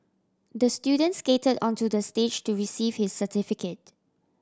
the student skated onto the stage to receive his certificate